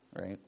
Right